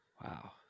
Wow